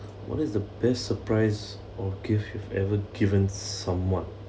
what is the best surprise or gift you've ever given someone